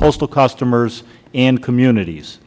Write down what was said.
postal customers and communities